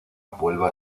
vuelve